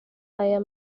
aya